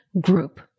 group